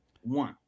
One